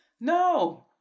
No